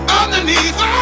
underneath